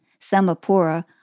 Samapura